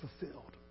fulfilled